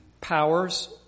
powers